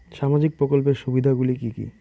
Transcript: সামাজিক প্রকল্পের সুবিধাগুলি কি কি?